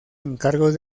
encargos